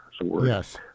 Yes